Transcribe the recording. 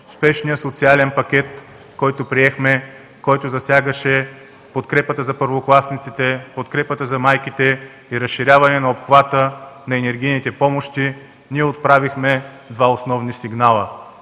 спешния социален пакет, който приехме, който засягаше подкрепата за първокласниците, подкрепата за майките и разширяване на обхвата на енергийните помощи, ние отправихме два основни сигнала.